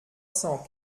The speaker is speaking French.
cent